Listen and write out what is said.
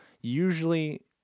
Usually